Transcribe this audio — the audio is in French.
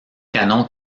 canon